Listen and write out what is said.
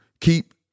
keep